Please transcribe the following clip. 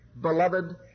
Beloved